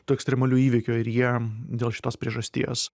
tų ekstremalių įvykių ir jie dėl šitos priežasties